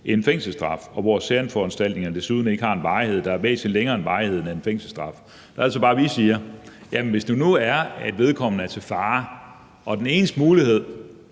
en fængselsstraf, og hvor særforanstaltningerne desuden ikke har en varighed, der er væsentlig længere end varigheden af en fængselsstraf. Der er det altså bare, at vi siger, at hvis det nu er sådan, at vedkommende er til fare og den eneste mulighed